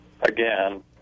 again